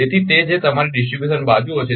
તેથી તે જે તમારી ડિસ્ટ્રીબ્યુશન બાજુઓ છે